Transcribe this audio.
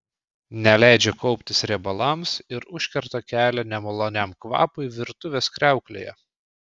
neleidžia kauptis riebalams ir užkerta kelią nemaloniam kvapui virtuvės kriauklėje